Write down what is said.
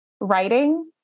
writing